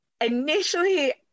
Initially